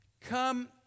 come